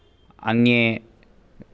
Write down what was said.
अन्ये